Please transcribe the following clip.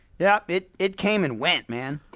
yeah, it it came and went, man